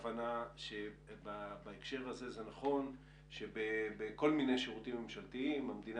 -- זה נכון שבכל מיני שירותים ממשלתיים המדינה